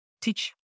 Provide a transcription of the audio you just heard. teach